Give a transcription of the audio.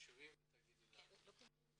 בבקשה.